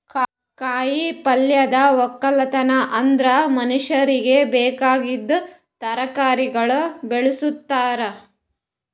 ಕಾಯಿ ಪಲ್ಯದ್ ಒಕ್ಕಲತನ ಅಂದುರ್ ಮನುಷ್ಯರಿಗಿ ಬೇಕಾಗಿದ್ ತರಕಾರಿಗೊಳ್ ಬೆಳುಸ್ತಾರ್